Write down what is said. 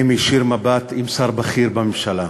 אני מישיר מבט לשר בכיר בממשלה.